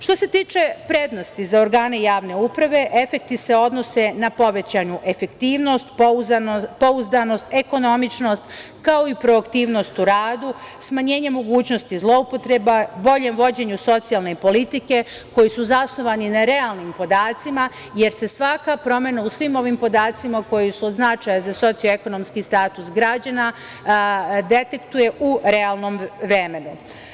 Što se tiče prednosti za organe javne uprave, efekti se odnose na povećanu efektivnost, pouzdanost, ekonomičnost, kao i proaktivnost u radu, smanjenje mogućnosti zloupotreba, boljem vođenju socijalne politike koji su zasnovani na realnim podacima jer se svaka promena u svim ovim podacima koji su od značaja za socijalno - ekonomski status građana detektuje u realnom vremenu.